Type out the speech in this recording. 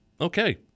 Okay